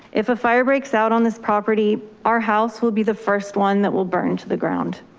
if a fire breaks out on this property, our house will be the first one that will burn to the ground.